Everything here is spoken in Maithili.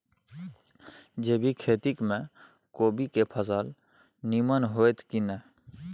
जैविक खेती म कोबी के फसल नीमन होतय की नय?